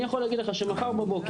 אני יכול להגיד לך שמחר בבוקר,